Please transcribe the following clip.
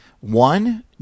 One